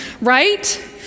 right